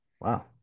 wow